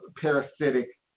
parasitic